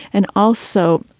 and also,